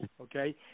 okay